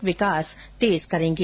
क विकास तेज करेंगे